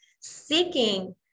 seeking